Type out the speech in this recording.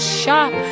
shop